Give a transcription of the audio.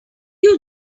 you